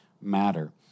matter